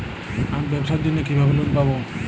আমি ব্যবসার জন্য কিভাবে লোন পাব?